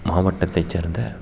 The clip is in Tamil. மாவட்டத்தைச் சேர்ந்த